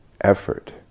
effort